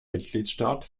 mitgliedstaat